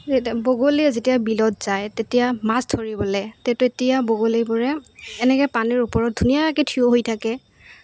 বগলীয়ে যেতিয়া বিলত যায় তেতিয়া মাছ ধৰিবলৈ তে তেতিয়া বগলীবোৰে এনেকৈ পানীৰ ওপৰত ধুনীয়াকৈ থিয় হৈ থাকে